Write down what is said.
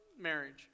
marriage